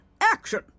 action